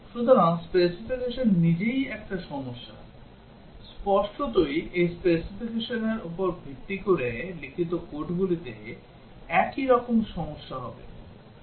সুতরাং স্পেসিফিকেশন নিজেই একটি সমস্যা স্পষ্টতই এই স্পেসিফিকেশনের উপর ভিত্তি করে লিখিত কোডগুলিতে একই রকম সমস্যা হবে